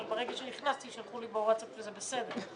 אבל ברגע שנכנסתי שלחו לי בווטסאפ שזה בסדר.